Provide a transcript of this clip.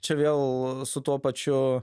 čia vėl su tuo pačiu